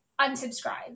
unsubscribe